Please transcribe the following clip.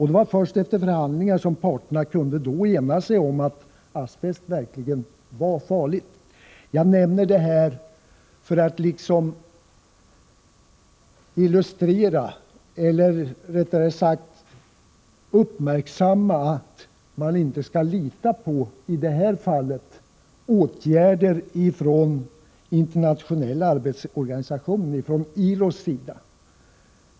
Det var först efter förhandlingar som parterna då kunde ena sig om att asbest verkligen är farligt. Jag nämner detta för att uppmärksamma att man inte skall lita på åtgärder från internationella arbetsorganisationer, i det här fallet från ILO:s sida.